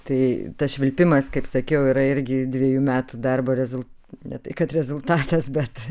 tai tas švilpimas kaip sakiau yra irgi dvejų metų darbo rezult ne tai kad rezultatas bet